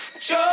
Joy